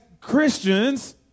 Christians